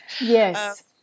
Yes